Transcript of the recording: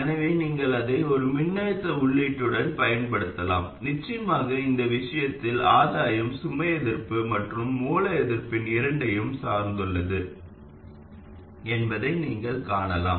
எனவே நீங்கள் அதை ஒரு மின்னழுத்த உள்ளீட்டுடன் பயன்படுத்தலாம் நிச்சயமாக இந்த விஷயத்தில் ஆதாயம் சுமை எதிர்ப்பு மற்றும் மூல எதிர்ப்பின் இரண்டையும் சார்ந்துள்ளது என்பதை நீங்கள் காணலாம்